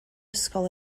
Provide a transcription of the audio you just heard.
ysgol